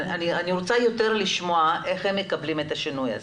אני רוצה לשמוע איך הם מקבלים את השינוי הזה.